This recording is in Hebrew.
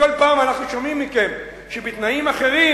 כל פעם אנחנו שומעים מכם שבתנאים אחרים,